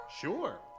Sure